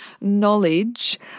knowledge